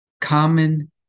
Common